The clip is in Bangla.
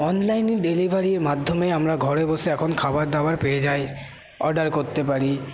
অনলাইনে ডেলিভারির মাধ্যমে আমরা ঘরে বসে এখন খাবার দাবার পেয়ে যাই অর্ডার করতে পারি